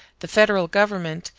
the federal government,